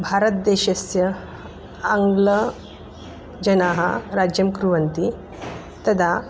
भारतदेशस्य आङ्ग्लजनाः राज्यं कुर्वन्ति तदा